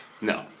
No